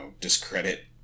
discredit